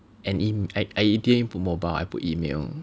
and in I I didn't input mobile I put email